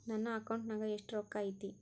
ನನ್ನ ಅಕೌಂಟ್ ನಾಗ ಎಷ್ಟು ರೊಕ್ಕ ಐತಿ?